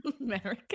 america